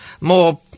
More